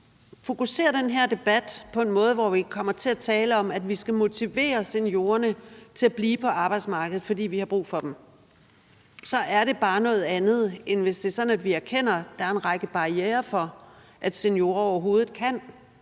fokuserer den her debat på en måde, hvor vi kommer til at tale om, at vi skal motivere seniorerne til at blive på arbejdsmarkedet, fordi vi har brug for dem, så er det bare noget andet, end hvis det er sådan, at vi erkender, at der er en række barrierer for, at seniorer overhovedet kan